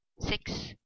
six